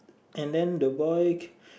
and then the boy c~